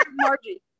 Margie